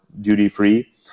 duty-free